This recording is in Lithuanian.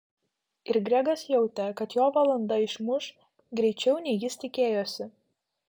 ir gregas jautė kad jo valanda išmuš greičiau nei jis tikėjosi